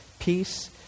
Peace